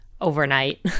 overnight